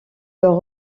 leurs